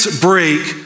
break